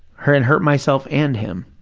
hurt and hurt myself and him.